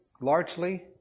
largely